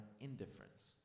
indifference